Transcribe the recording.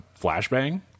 flashbang